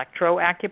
electroacupuncture